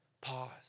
Pause